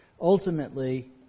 ultimately